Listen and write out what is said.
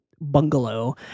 bungalow